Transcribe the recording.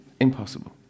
Impossible